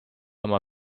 oma